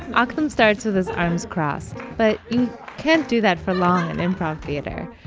um aktham starts his arms crossed, but you can't do that from ah in improv theater.